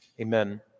Amen